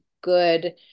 good